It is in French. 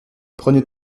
prenez